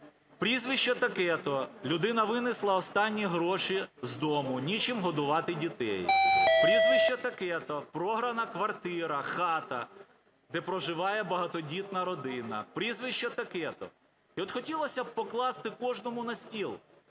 прізвище таке-то, людина винесла останні гроші з дому, нічим годувати дітей; прізвище таке-то, програна квартира, хата, де проживає багатодітна родина; прізвище таке-то... І от хотілося покласти кожному на стіл,